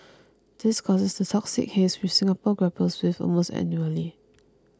this causes the toxic haze which Singapore grapples with almost annually